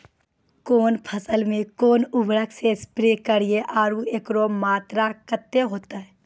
कौन फसल मे कोन उर्वरक से स्प्रे करिये आरु एकरो मात्रा कत्ते होते?